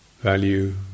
value